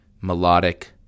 melodic